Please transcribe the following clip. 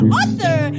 author